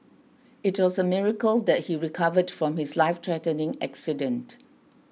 it was a miracle that he recovered from his lifethreatening accident